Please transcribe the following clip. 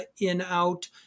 in-out